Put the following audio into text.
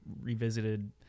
revisited